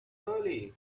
early